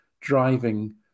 driving